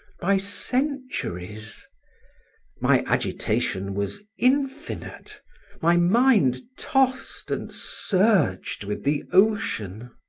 by centuries my agitation was infinite my mind tossed and surged with the ocean.